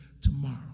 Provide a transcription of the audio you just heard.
tomorrow